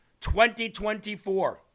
2024